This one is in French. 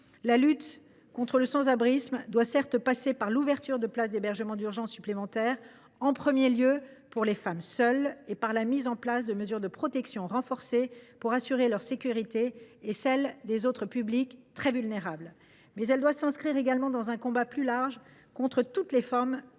la lutte contre le sans abrisme doit certes passer par l’ouverture de places d’hébergement d’urgence supplémentaires, en premier lieu pour les femmes seules, et par la mise en place de mesures de protection renforcées, pour assurer leur sécurité et celle des autres publics très vulnérables, mais elle doit s’inscrire aussi dans un combat plus large contre toutes les formes